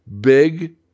Big